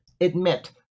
admit